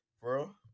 Bro